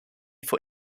for